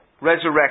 resurrection